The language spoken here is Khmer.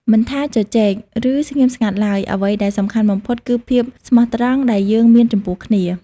មិនថាជជែក ឬស្ងៀមស្ងាត់ឡើយ អ្វីដែលសំខាន់បំផុតគឺភាពស្មោះត្រង់ដែលយើងមានចំពោះគ្នា។